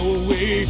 away